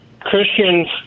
Christians